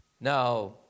Now